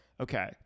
Okay